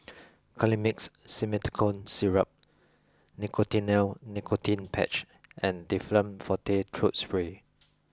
Colimix Simethicone syrup Nicotinell Nicotine patch and Difflam Forte throat spray